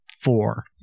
four